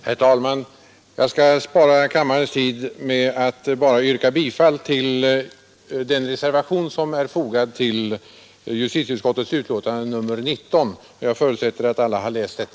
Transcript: Herr talman! Jag skall spara kammarens tid genom att bara yrka bifall till den reservation som är fogad till justitieutskottets betänkande nr 19. Jag förutsätter att alla har läst det.